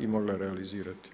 i mogla realizirati.